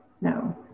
No